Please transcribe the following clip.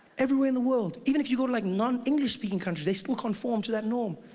everywhere in the world, even if you go to like non-english speaking countries they still conform to that norm.